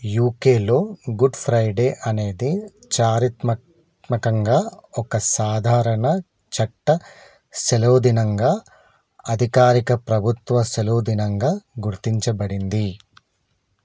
యూకేలో Good Friday అనేది చారిత్రాత్మకంగా ఒక సాధారణ చట్ట సెలవుదినంగా అధికారిక ప్రభుత్వ సెలవు దినంగా గుర్తించబడింది